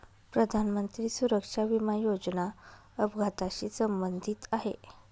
प्रधानमंत्री सुरक्षा विमा योजना अपघाताशी संबंधित आहे